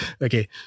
Okay